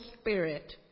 Spirit